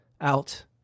Out